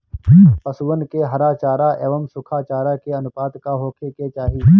पशुअन के हरा चरा एंव सुखा चारा के अनुपात का होखे के चाही?